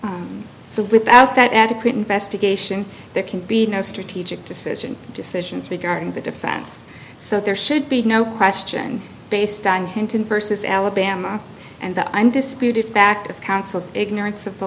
so without that adequate investigation there can be no strategic decision decisions regarding the defense so there should be no question based on hinton versus alabama and the undisputed fact of counsel's ignorance of the